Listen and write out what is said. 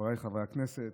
חבריי חברי הכנסת,